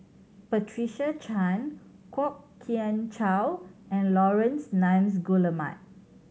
Patricia Chan Kwok Kian Chow and Laurence Nunns Guillemard